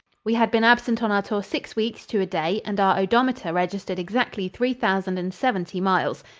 we had been absent on our tour six weeks to a day and our odometer registered exactly three thousand and seventy miles.